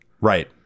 Right